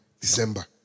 December